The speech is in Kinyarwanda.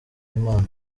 impano